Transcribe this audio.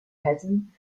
hessen